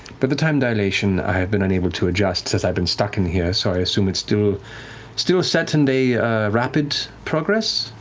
but the time dilation, i have unable to adjust, as i've been stuck in here, so i assume it's still still set in the rapid progress,